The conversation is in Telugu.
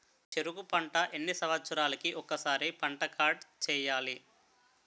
చెరుకు పంట ఎన్ని సంవత్సరాలకి ఒక్కసారి పంట కార్డ్ చెయ్యాలి?